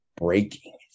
breaking